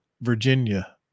Virginia